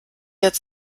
jetzt